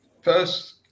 first